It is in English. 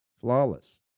Flawless